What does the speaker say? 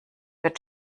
wird